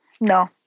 no